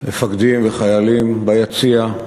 מפקדים וחיילים ביציע,